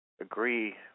Agree